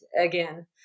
again